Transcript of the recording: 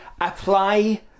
apply